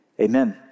Amen